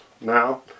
now